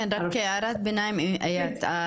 רק כהערת ביניים איאת,